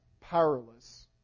powerless